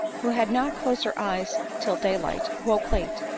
who had not closed her eyes till day-light, woke late,